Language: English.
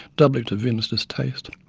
doubly to wim's distaste.